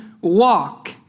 walk